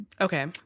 Okay